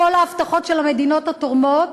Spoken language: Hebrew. כל ההבטחות של המדינות התורמות,